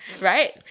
right